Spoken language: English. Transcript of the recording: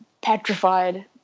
petrified